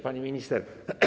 Pani Minister!